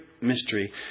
mystery